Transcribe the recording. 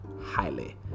Highly